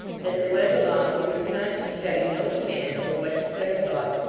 as they went along, he was conscious of having no command over what he said or thought,